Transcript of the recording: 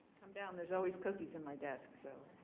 come down. there's always cookies in my desk so.